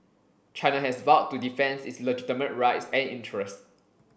China has vowed to defends its legitimate rights and interests